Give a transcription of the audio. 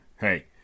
Hey